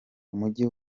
umujyi